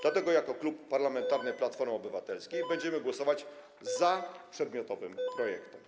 Dlatego jako Klub Parlamentarny Platforma Obywatelska będziemy głosować za przedmiotowym projektem.